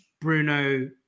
Bruno